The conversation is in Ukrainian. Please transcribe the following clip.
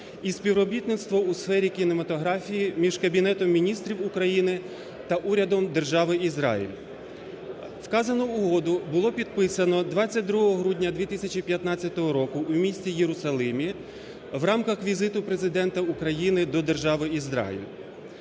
і співробітництво у сфері кінематографії між Кабінетом Міністрів України та Урядом Держави Ізраїль. Вказану угоду було підписано 22 грудня 2015 року у місті Єрусалимі в рамках візиту Президента України до держави Ізраїль.